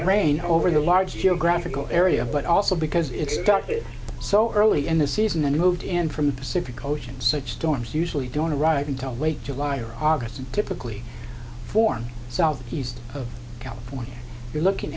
no rain over the large geographical area but also because it's done it so early in the season and moved in from the pacific ocean such storms usually don't arrive until late july or august and typically form southeast of california you're looking